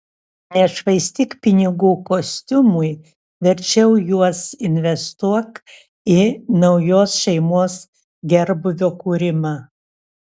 nešvaistyk pinigų kostiumui verčiau juos investuok į naujos šeimos gerbūvio kūrimą